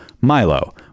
Milo